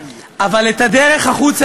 אבל את הדרך החוצה,